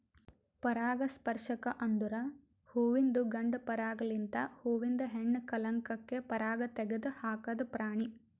ಪರಾಗಸ್ಪರ್ಶಕ ಅಂದುರ್ ಹುವಿಂದು ಗಂಡ ಪರಾಗ ಲಿಂತ್ ಹೂವಿಂದ ಹೆಣ್ಣ ಕಲಂಕಕ್ಕೆ ಪರಾಗ ತೆಗದ್ ಹಾಕದ್ ಪ್ರಾಣಿ